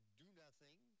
do-nothing